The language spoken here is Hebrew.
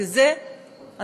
כי זה אנחנו,